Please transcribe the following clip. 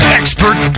expert